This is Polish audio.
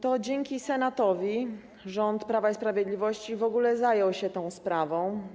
To dzięki Senatowi rząd Prawa i Sprawiedliwości w ogóle zajął się tą sprawą.